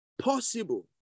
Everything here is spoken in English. possible